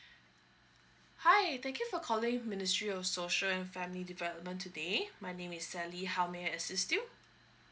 hi thank you for calling ministry of social and family development today my name is sally how may I assist you